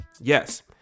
Yes